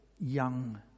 young